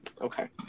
Okay